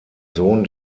sohn